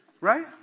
Right